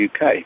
UK